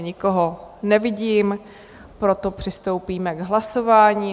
Nikoho nevidím, proto přistoupíme k hlasování.